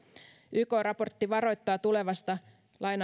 yk raportti varoittaa tulevasta